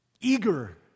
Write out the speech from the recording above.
eager